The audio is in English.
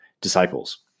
disciples